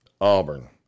Auburn